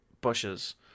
bushes